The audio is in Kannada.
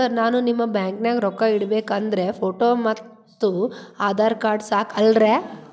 ಸರ್ ನಾನು ನಿಮ್ಮ ಬ್ಯಾಂಕನಾಗ ರೊಕ್ಕ ಇಡಬೇಕು ಅಂದ್ರೇ ಫೋಟೋ ಮತ್ತು ಆಧಾರ್ ಕಾರ್ಡ್ ಸಾಕ ಅಲ್ಲರೇ?